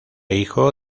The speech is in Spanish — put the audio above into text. hijo